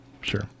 sure